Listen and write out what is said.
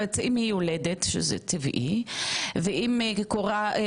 או אם יש מצב בעבודה ויש פציעה בעבודה,